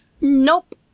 Nope